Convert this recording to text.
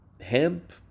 hemp—